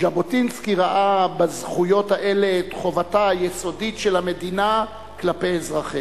ז'בוטינסקי ראה בזכויות האלה את חובתה היסודית של המדינה כלפי אזרחיה.